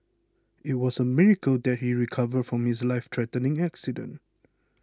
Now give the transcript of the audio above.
it was a miracle that he recovered from his life threatening accident